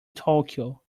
tokyo